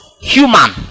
human